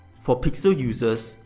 for pixel users,